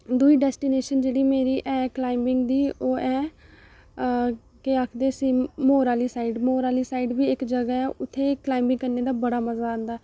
दूई डेस्टीनेशन जेह्ड़ी मेरी ऐ क्लाइमिंग दी ओह् ऐ केह् आखदे उसी मौह्र आह्ली साइड मौह्र आह्ली साइड बी इक जगह् ऐ उत्थै क्लाइमिंग करने दा बड़ा मजा आंदा